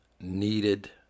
needed